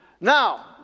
Now